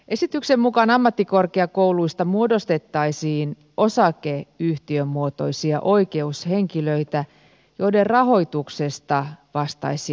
esityksen mukaan ammattikorkeakouluista muodostettaisiin osakeyhtiömuotoisia oikeushenkilöitä joiden rahoituksesta vastaisi valtio